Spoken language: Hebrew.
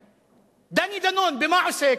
דני דנון במה עוסק?